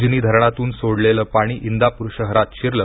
उजनि धरणातून सोडेलेल पाणी इंदाप्र शहरात शिरल